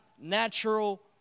natural